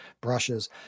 brushes